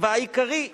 והעיקרי,